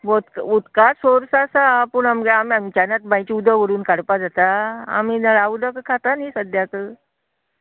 वत उदकाच सोर्स आसा पूण आमगेले आमी आतां बायचें उदक ओडून काडपा जाता आमी नळा उदकूच खाता न्ही सद्याक